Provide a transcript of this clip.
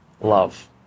love